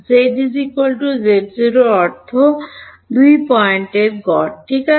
z z0 এর অর্থ 2 পয়েন্টের গড় ডানদিকে